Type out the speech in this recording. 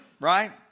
right